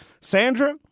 Sandra